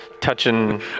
touching